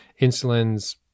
Insulin's